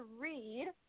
read